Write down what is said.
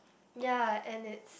ya and it's